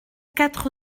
quatre